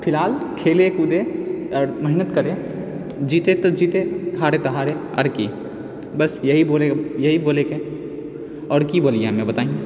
फिलहाल खेलै कूदै आओर मेहनति करए जीतै तऽ जीतै हारै तऽ हारै आओर कि बस इएह बोलै इएह बोलैके हइ आओर कि बोलिए हमे बताइ